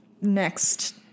next